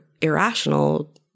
irrational